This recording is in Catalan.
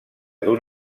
d’un